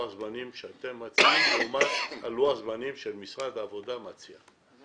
הזמנים שאתם מציעים לעומת לוח הזמנים שמשרד ה עבודה מציע.